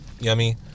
yummy